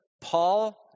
Paul